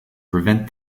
prevent